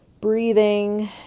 breathing